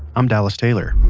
i'm dallas taylor